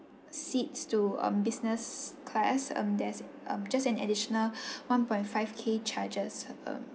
seats to um business class um there's um just an additional one point five K charges um